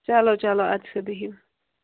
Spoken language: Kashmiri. چلو چلو اَدٕ سا بِہِو